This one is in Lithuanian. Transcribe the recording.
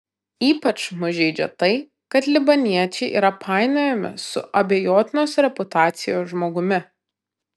ypač mus žeidžia tai kad libaniečiai yra painiojami su abejotinos reputacijos žmogumi